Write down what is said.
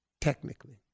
technically